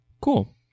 Cool